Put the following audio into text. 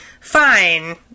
fine